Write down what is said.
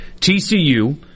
TCU